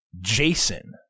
jason